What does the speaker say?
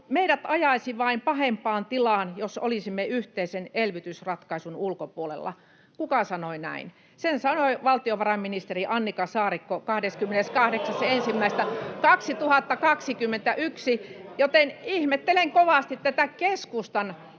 ”Meidät ajaisi vain pahempaan tilaan, jos olisimme yhteisen elvytysratkaisun ulkopuolella.” Kuka sanoi näin? Sen sanoi valtiovarainministeri Annika Saarikko 28.1.2021, joten ihmettelen kyllä kovasti tätä keskustan